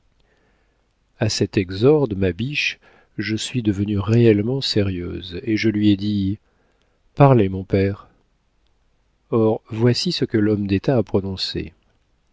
a cet exorde ma biche je suis devenue réellement sérieuse et je lui ai dit parlez mon père or voici ce que l'homme d'état a prononcé